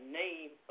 name